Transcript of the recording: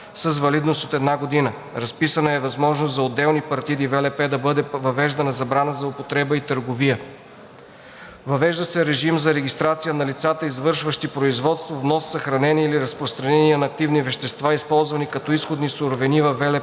Въвежда се режим за регистрация на лицата, извършващи производство, внос, съхранение или разпространение на активни вещества, използвани като изходни суровини във ВЛП,